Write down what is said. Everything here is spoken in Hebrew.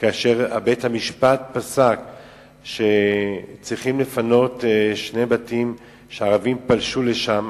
כאשר בית-המשפט פסק שצריך לפנות שני בתים שערבים פלשו אליהם,